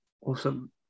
awesome